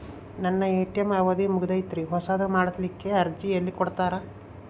ನನ್ನ ಎ.ಟಿ.ಎಂ ಅವಧಿ ಮುಗದೈತ್ರಿ ಹೊಸದು ಮಾಡಸಲಿಕ್ಕೆ ಅರ್ಜಿ ಎಲ್ಲ ಕೊಡತಾರ?